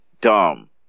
dumb